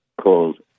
called